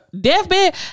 deathbed